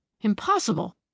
Impossible